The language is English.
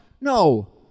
No